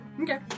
Okay